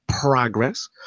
progress